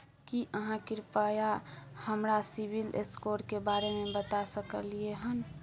की आहाँ कृपया हमरा सिबिल स्कोर के बारे में बता सकलियै हन?